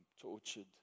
tortured